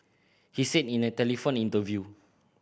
he said in a telephone interview